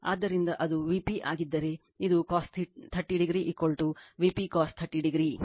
ಆದ್ದರಿಂದ ಅದು Vp ಆಗಿದ್ದರೆ ಇದು cos 30o Vp cos 30o